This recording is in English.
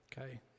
Okay